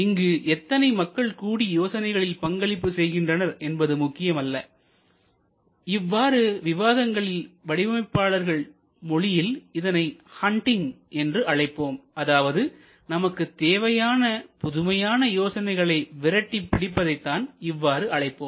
இங்கு எத்தனை மக்கள் கூடி யோசனைகளில் பங்களிப்பு செய்கின்றார்கள் என்பது முக்கியமல்ல இவ்வாறு விவாதங்களில் வடிவமைப்பாளர் மொழியில் இதனை ஹண்டிங் என்று அழைப்போம் அதாவது நமக்கு தேவையான புதுமையான யோசனைகளை விரட்டி பிடிப்பதைத்தான் இவ்வாறு அழைப்போம்